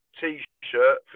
t-shirt